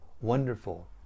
wonderful